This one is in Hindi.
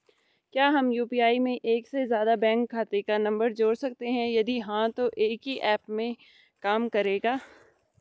क्या हम यु.पी.आई में एक से ज़्यादा बैंक खाते का नम्बर जोड़ सकते हैं यदि हाँ तो एक ही ऐप में काम करेगा?